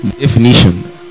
definition